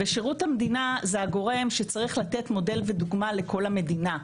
שירות המדינה זה הגורם שצריך לתת מודל ודוגמה לכל המדינה,